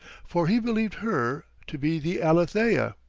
for he believed her to be the alethea.